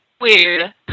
weird